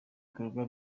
bikorwa